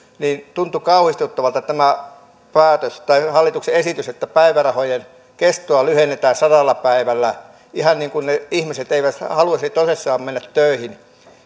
tuntui kauhistuttavalta tämä hallituksen esitys että päivärahojen kestoa lyhennetään sadalla päivällä ihan niin kuin ne ihmiset eivät haluaisi tosissaan mennä töihin